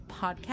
podcast